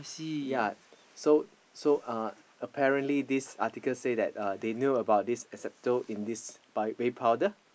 yea so so uh apparently this article say that uh they knew about this asbestos in this baby powder